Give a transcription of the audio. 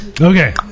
Okay